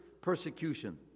persecution